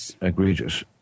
egregious